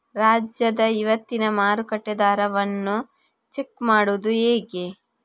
ರಾಜ್ಯದ ಇವತ್ತಿನ ಮಾರುಕಟ್ಟೆ ದರವನ್ನ ಚೆಕ್ ಮಾಡುವುದು ಹೇಗೆ?